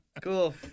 Cool